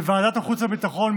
בוועדת החוץ והביטחון,